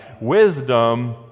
Wisdom